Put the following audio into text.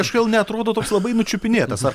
kažkodėl neatrodo toks labai nučiupinėtas ar